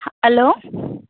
hello